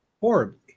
horribly